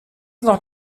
noch